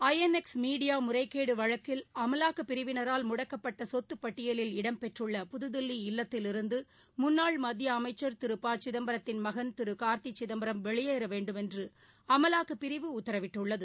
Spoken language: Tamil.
ஐ என் எக்ஸ் மீடியாமுறைகேடுவழக்கில் அமலாக்கப் பிரிவினரால் முடக்கப்பட்டசொத்துபட்டியலில் இடம்பெற்றுள்ள புதுதில்லி இல்லத்திலிருந்தமுன்னாள் மத்தியஅமைச்சர் திரு ப சிதம்பத்தின் மகன் திருகார்த்திசிதம்பரம் வெளியேறவேண்டுமென்றுஅமலாக்கப் பிரிவு உத்தரவிட்டுள்ளது